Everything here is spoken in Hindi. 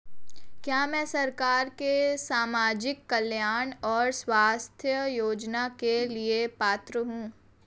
क्या मैं सरकार के सामाजिक कल्याण और स्वास्थ्य योजना के लिए पात्र हूं?